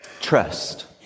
trust